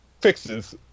fixes